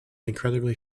incredibly